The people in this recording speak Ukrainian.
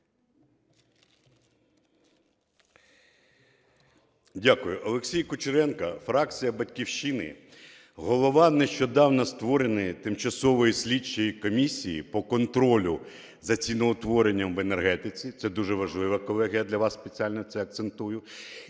Дякую, Олексій Кучеренко, фракція "Батьківщини", голова нещодавно створеної Тимчасової слідчої комісії по контролю за ціноутворенням в енергетиці, це дуже важливо, колеги, я для вас спеціально це акцентую,